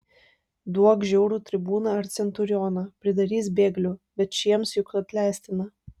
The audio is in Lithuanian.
duok žiaurų tribūną ar centurioną pridarys bėglių bet šiems juk atleistina